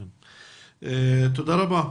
תודה רבה,